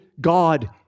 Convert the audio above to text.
God